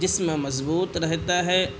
جسم مضبوط رہتا ہے